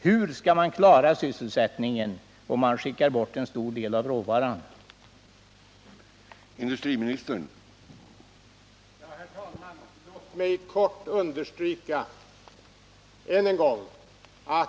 Hur skall man klara sysselsättningen, om en stor del av råvaran skickas bort?